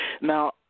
Now